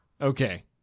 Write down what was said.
Okay